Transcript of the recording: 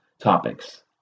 topics